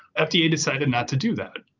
ah fda yeah decided not to do that.